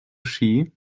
ski